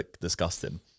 disgusting